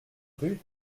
rue